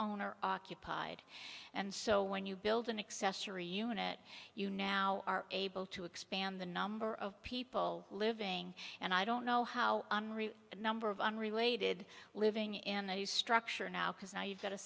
owner occupied and so when you build an accessory unit you now are able to expand the number of people living and i don't know how the number of unrelated living in a structure now because now you've got a